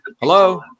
Hello